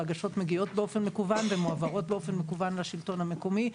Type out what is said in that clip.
וההגשות מגיעות באופן מקוון ומועברות באופן מקוון לשלטון המקומי.